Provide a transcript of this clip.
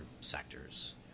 sectors